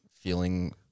feeling